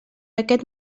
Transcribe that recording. aquest